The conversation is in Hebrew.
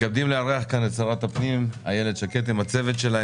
אנחנו מתכבדים לארח את שרת הפנים אילת שקד עם הצוות שלה,